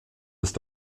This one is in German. ist